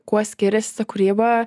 kuo skiriasi ta kūryba